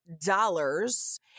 dollars